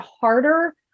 harder